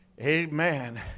Amen